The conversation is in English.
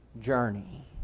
journey